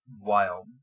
wild